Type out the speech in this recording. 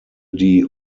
die